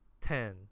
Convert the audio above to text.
ten